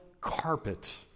carpet